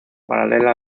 paralela